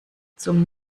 zum